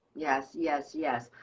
yes, yes, yes,